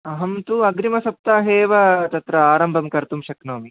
अहं तु अग्रिमसप्ताहे एव तत्र आरम्भं कर्तुं शक्नोमि